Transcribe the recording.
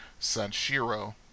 Sanshiro